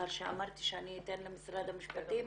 לאחר שאמרתי שאני אתן למשרד המשפטים